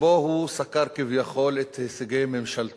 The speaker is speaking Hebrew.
שבו הוא סקר כביכול את הישגי ממשלתו.